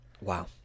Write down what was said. Wow